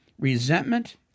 resentment